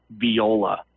Viola